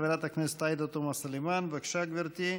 חברת הכנסת עאידה תומא סלימאן, בבקשה, גברתי,